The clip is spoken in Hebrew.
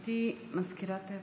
גברתי מזכירת הכנסת,